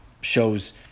shows